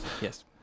Yes